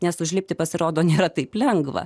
nes užlipti pasirodo nėra taip lengva